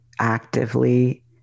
actively